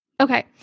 Okay